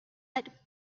had